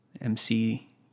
MC